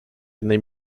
jednej